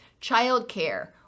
childcare